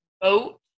boat